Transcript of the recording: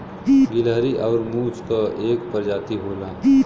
गिलहरी आउर मुस क एक परजाती होला